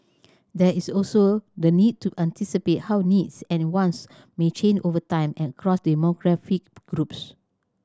there is also the need to anticipate how needs and wants may change over time and across demographic groups